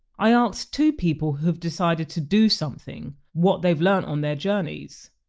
i asked two people who have decided to do something what they've learnt on their journeys.